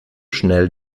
schnell